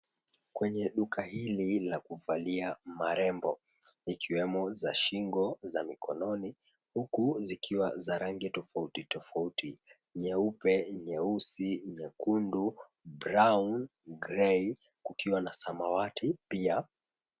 Kwenye duka hili la kuvalia marembo ikiwemo za shingo, za mikononi huku zikiwa za rangi tofauti tofauti nyeupe, nyeusi, nyekundu, brown, grey kukiwa na samawati pia.